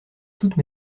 toutes